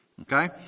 Okay